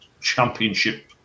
Championship